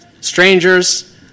Strangers